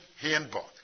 Handbook